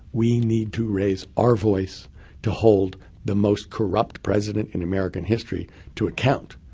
we need to raise our voice to hold the most corrupt president in american history to account.